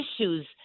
issues